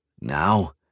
now